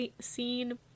scene